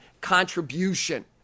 contribution